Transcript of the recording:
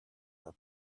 are